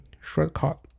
shortcut